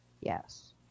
Yes